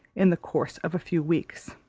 in the course of a few weeks.